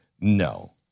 no